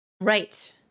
right